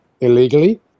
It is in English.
illegally